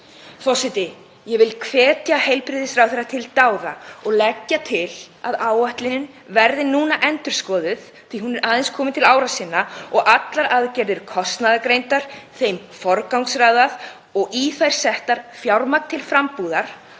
Forseti. Ég hvet hæstv. heilbrigðisráðherra til dáða og legg til að áætlunin verði núna endurskoðuð, hún er komin til ára sinna, og allar aðgerðir kostnaðargreindar, þeim forgangsraðað og í þær sett fjármagn til frambúðar